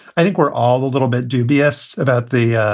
i think we're all a little bit dubious about the,